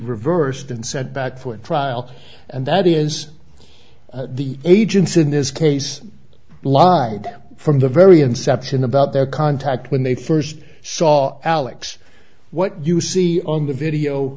reversed and set back for trial and that is the agents in this case law from the very inception about their contact when they first saw alex what you see on the video